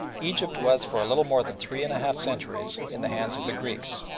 egypt was for a little more than three and half centuries in the hands of the greeks,